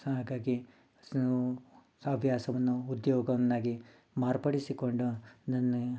so ಹಾಗಾಗಿ so ಹವ್ಯಾಸವನ್ನು ಉದ್ಯೋಗವನ್ನಾಗಿ ಮಾರ್ಪಡಿಸಿಕೊಂಡು ನನ್ನ